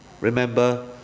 remember